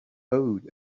owed